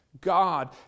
God